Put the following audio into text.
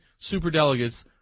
superdelegates